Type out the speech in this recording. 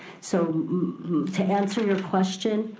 so to answer your question,